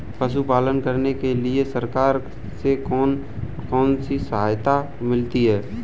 पशु पालन करने के लिए सरकार से कौन कौन सी सहायता मिलती है